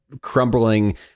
crumbling